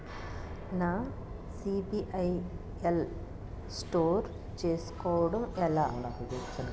నా సిబిఐఎల్ స్కోర్ చుస్కోవడం ఎలా?